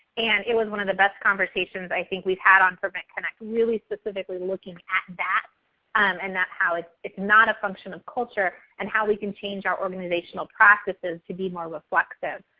and it was one of the best conversations, i think, we've had on prevent connect. really specifically looking at that um and that how it's it's not a function of culture and how we can change our organizational practices to be more reflective